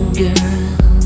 girl